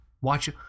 Watch